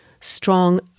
strong